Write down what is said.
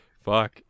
Fuck